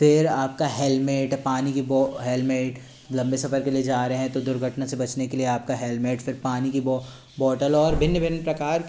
फिर आपका हेलमेट पानी कि हैलमेट लंबे सफर के लिए जा रहे हैं तो दुर्घटना से बचने के लिए आपका हेलमेट फिर पानी कि बौटल और भिन्न भिन्न प्रकार